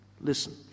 Listen